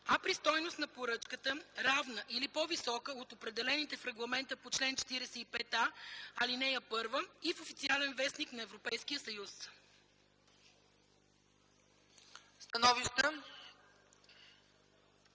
а при стойност на поръчката, равна или по-висока от определените с регламента по чл. 45а, ал. 1 – и в „Официален вестник” на Европейския съюз.”